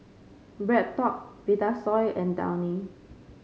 BreadTalk Vitasoy and Downy